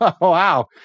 wow